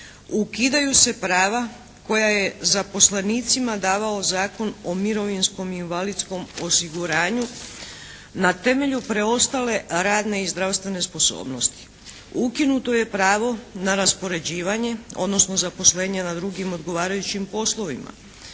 ukidaju se prava koja je zaposlenicima davao Zakon o mirovinskom i invalidskom osiguranje, na temelju preostale radne i zdravstvene sposobnosti. Ukinuto je pravo na raspoređivanje, odnosno zaposlenje na drugim odgovarajućim poslovima.